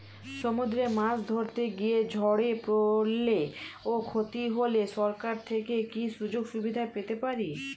সমুদ্রে মাছ ধরতে গিয়ে ঝড়ে পরলে ও ক্ষতি হলে সরকার থেকে কি সুযোগ সুবিধা পেতে পারি?